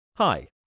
Hi